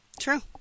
True